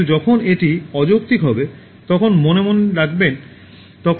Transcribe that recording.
কিন্তু যখন এটি অযৌক্তিক হবে তখন মন মনে রাখবে